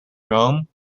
rome